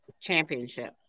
championship